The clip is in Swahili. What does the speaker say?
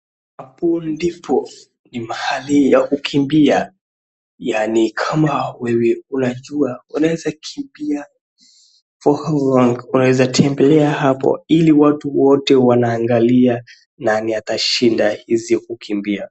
Hapo ndipo, ni mahali ya kukimbia, yaani kama wewe unajua unaeza kimbia for how long unaeza tembelea hapo, ili watu wote wanaangalia nani atashinda hizi kukimbilia.